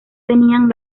tenían